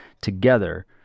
Together